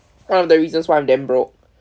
one of the reasons one of them broke